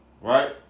right